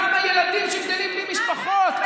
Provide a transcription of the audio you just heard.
כמה ילדים שגדלים בלי משפחות,